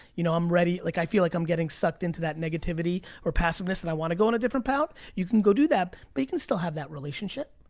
you know, i'm ready. like i feel like i'm getting sucked into that negativity or passiveness and i wanna go on a different path. you can go do that, but you can still have that relationship.